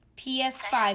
ps5